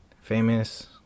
famous